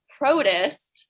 protist